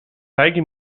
zeige